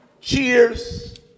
cheers